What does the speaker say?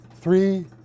Three